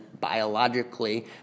biologically